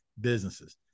businesses